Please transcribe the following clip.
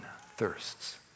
thirsts